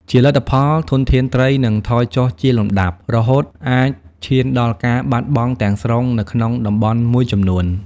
ជាលទ្ធផល ធនធានត្រីនឹងថយចុះជាលំដាប់ រហូតអាចឈានដល់ការបាត់បង់ទាំងស្រុងនៅក្នុងតំបន់មួយចំនួន។